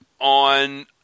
on